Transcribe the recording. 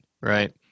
Right